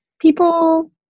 people